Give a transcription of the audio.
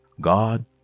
God